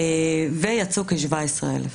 ויצאו כ-17,000.